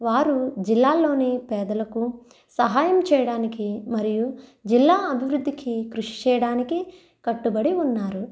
వారు జిల్లాల్లోని పేదలకు సహాయం చేయడానికి మరియు జిల్లా అభివృద్ధికి కృషి చేయడానికి కట్టుబడి ఉన్నారు